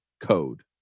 code